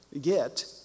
get